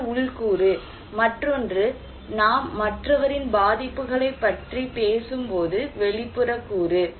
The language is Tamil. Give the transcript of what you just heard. ஒன்று உள் கூறு மற்றொன்று நாம் மற்றவரின் பாதிப்புகளைப் பற்றி பேசும்போது வெளிப்புற கூறு